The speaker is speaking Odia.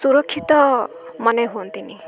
ସୁରକ୍ଷିତ ମନେ ହୁଅନ୍ତିନି